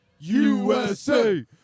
USA